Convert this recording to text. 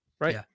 Right